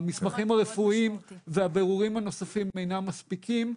כשהמסמכים הרפואיים והבירורים הנוספים אינם מספיקים,